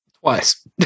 twice